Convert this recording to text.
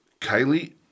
Kylie